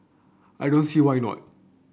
I don't see why not